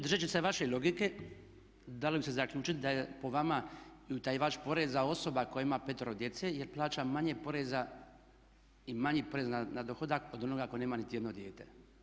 Držeći se vaše logike dalo bi se zaključiti da je po vama utajivač poreza osoba koja ima 5 djece jer plaća manje poreza i manji porez na dohodak od onoga tko nema nitijedno dijete.